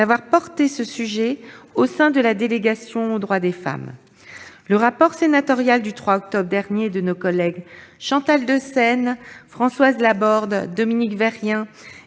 d'avoir porté ce sujet au sein de la délégation aux droits des femmes. Le rapport sénatorial remis le 3 octobre dernier par nos collègues Chantal Deseyne, Françoise Laborde, Dominique Vérien